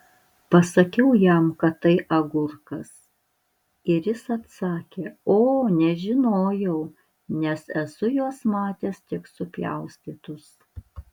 pasakiau jam kad tai agurkas ir jis atsakė o nežinojau nes esu juos matęs tik supjaustytus